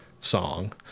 song